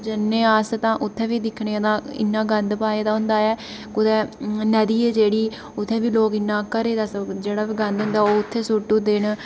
जन्ने आं अस तां उत्थै वी दिक्खने तां इ'न्ना गंद पाए दा होंदा ऐ कु'तै नदी ऐ जेह्ड़ी उत्थै बी लोग इ'न्ना घरै दा जेह्ड़ा बी गंद होंदा ओह् उत्थै सु'ट्टी ओड़दे न